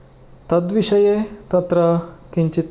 तद्विषये तत्र किञ्चित्